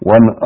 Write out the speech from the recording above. One